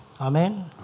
Amen